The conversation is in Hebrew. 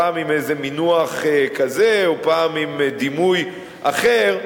פעם עם איזה מינוח כזה ופעם עם דימוי אחר,